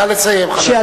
נא לסיים, חבר הכנסת.